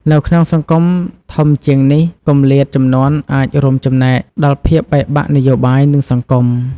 នៅក្នុងសង្គមធំជាងនេះ គម្លាតជំនាន់អាចរួមចំណែកដល់ភាពបែកបាក់នយោបាយ និងសង្គម។